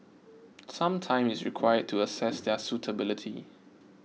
some time is required to assess their suitability